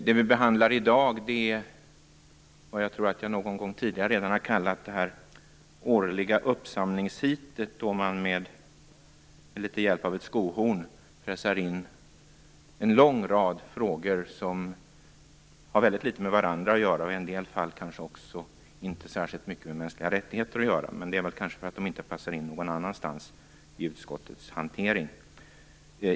Det ämne vi behandlar i dag är vad jag tidigare har kallat det årliga uppsamlingsheatet, då man med litet hjälp av ett skohorn pressar in en lång rad frågor som har litet med varandra att göra - i en del fall inte ens har med mänskliga rättigheter att göra. Men det är väl för att de inte passar in någon annanstans i utskottets hantering.